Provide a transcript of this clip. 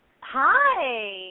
hi